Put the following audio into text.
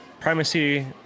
Primacy